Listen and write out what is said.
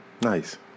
Nice